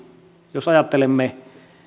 jos ajattelemme